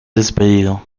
despedido